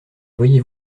voyez